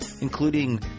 including